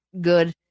good